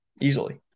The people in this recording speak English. easily